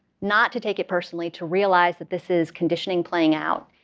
not to take it personally, to realize that this is conditioning playing out,